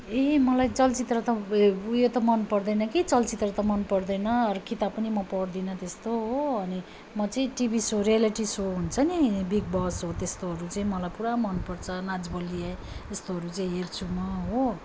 ए मलाई चलचित्र त उयो उयो त मन पर्दैन कि चलचित्र त मन पर्दैन अरू किताब पनि म पढ्दिनँ त्यस्तो हो अनि म चाहिँ टिभी सो रियलिटी सो हुन्छ नि बिग बस हो त्यस्तोहरू चाहिँ मलाई पुरा मन पर्छ नाच बलिये त्यस्तोहरू चाहिँ हेर्छु म हो